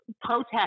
protest